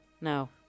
No